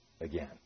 again